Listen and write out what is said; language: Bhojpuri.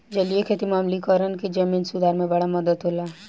जलीय खेती में आम्लीकरण के जमीन सुधार में बड़ा मदद होला